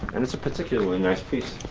and it's a particularly nice piece,